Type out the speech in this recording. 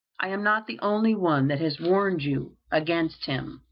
i am not the only one that has warned you against him.